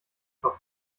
zur